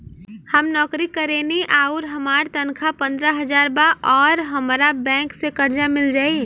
हम नौकरी करेनी आउर हमार तनख़ाह पंद्रह हज़ार बा और हमरा बैंक से कर्जा मिल जायी?